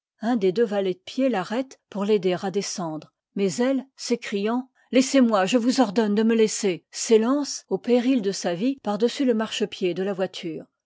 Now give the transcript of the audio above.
un des deux yalets de pied l'arrête pour l'aider à descendre mais elle s'écriant ce laissez-moi je vous ordonne de me lais ser s'ëiance au péril de sa vie par dessus le marche pied de la voiture